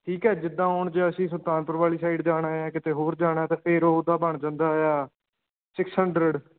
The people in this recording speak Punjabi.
ਠੀਕ ਹੈ ਜਿੱਦਾਂ ਹੁਣ ਜੇ ਅਸੀਂ ਸੁਲਤਾਨਪੁਰ ਵਾਲੀ ਸਾਈਡ ਜਾਣਾ ਹੈ ਕਿਤੇ ਹੋਰ ਜਾਣਾ ਤਾਂ ਫਿਰ ਉਹਦਾ ਬਣ ਜਾਂਦਾ ਆ ਸਿਕਸ ਹੰਡਰਡ